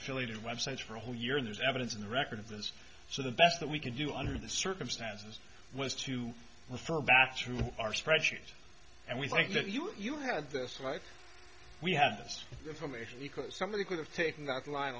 affiliated websites for a whole year and there's evidence in the record of this so the best that we can do under the circumstances was to refer back to our spreadsheet and we think that you had this life we have this information because somebody could have taken that line